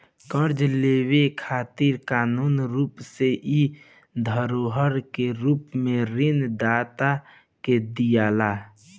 कर्जा लेवे खातिर कानूनी रूप से इ धरोहर के रूप में ऋण दाता के दियाला